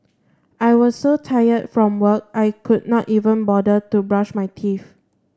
I was so tired from work I could not even bother to brush my teeth